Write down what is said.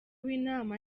w’inama